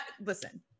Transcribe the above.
listen